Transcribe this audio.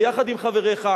ביחד עם חבריך,